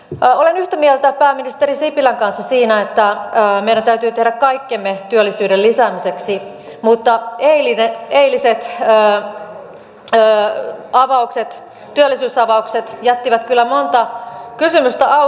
olen yhtä mieltä pääministeri sipilän kanssa siinä että meidän täytyy tehdä kaikkemme työllisyyden lisäämiseksi mutta eiliset työllisyysavaukset jättivät kyllä monta kysymystä auki